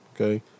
okay